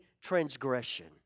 transgression